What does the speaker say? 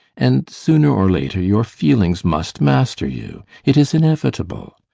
and sooner or later your feelings must master you. it is inevitable.